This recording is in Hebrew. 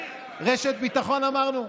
רשת ביטחון, אמרנו?